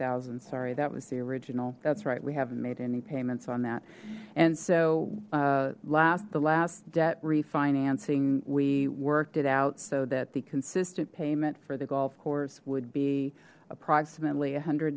thousand sorry that was the original that's right we haven't made any payments on that and so last the last debt refinancing we worked it out so that the consistent payment for the golf course would be approximately a hundred